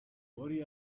worry